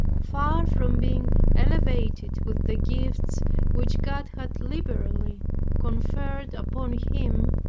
far from being elevated with the gifts which god had liberally conferred upon him,